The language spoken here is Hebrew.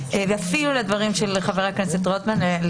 ואפילו לחלק מהדברים של חבר הכנסת רוטמן.